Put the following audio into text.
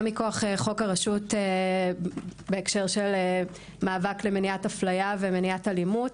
גם מכוח חוק הרשות בהקשר של מאבק למניעת אפליה ומניעת אלימות,